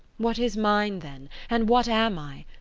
what is mine, then, and what am i?